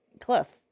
Cliff